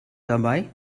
dabei